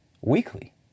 weekly